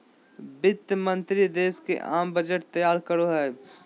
वित्त मंत्रि देश के आम बजट तैयार करो हइ